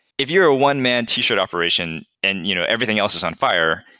if you're a one-man t shirt operation and you know everything else is on fire,